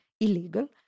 illegal